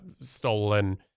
stolen